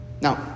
Now